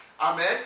Amen